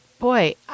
Boy